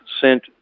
sent